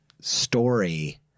story